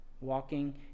walking